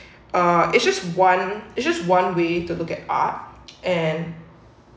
uh it's just one is just one way to look at art and